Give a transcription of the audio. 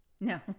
No